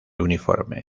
uniforme